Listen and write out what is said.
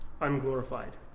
unglorified